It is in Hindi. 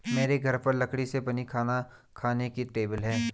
मेरे घर पर लकड़ी से बनी खाना खाने की टेबल है